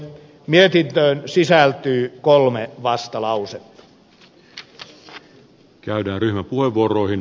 mietintöön sisältyy kolme vastalausetta